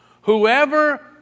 Whoever